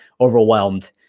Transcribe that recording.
overwhelmed